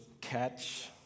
catch